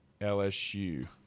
LSU